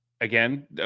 again